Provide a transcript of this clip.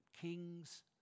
kings